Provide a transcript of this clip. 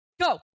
Go